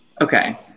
Okay